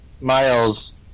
Miles